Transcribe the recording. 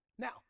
Now